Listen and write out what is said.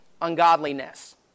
ungodliness